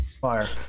Fire